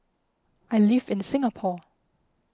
I live in Singapore